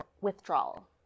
withdrawal